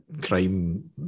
crime